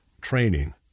training